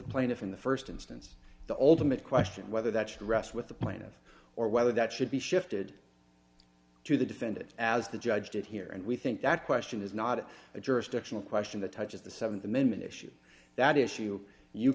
the plaintiff in the st instance the ultimate question whether that should rest with the plaintiff or whether that should be shifted to the defendant as the judge did here and we think that question is not a jurisdictional question that touches the th amendment issue that issue you